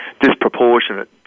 disproportionate